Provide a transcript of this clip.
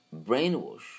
brainwash